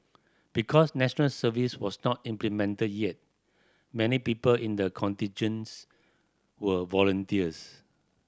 because National Service was not implemented yet many people in the contingents were volunteers